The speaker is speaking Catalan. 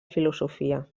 filosofia